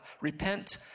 Repent